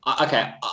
Okay